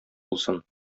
булсын